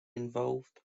involved